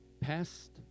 Past